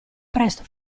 presto